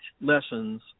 lessons